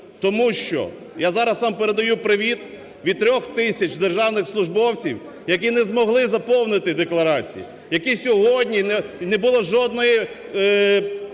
тому що, я зараз сам передаю привіт від 3 тисяч державних службовців, які не змогли заповнити декларації, які сьогодні не було жодної